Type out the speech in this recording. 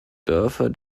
dörfer